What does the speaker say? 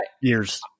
years